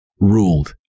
Ruled